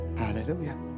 hallelujah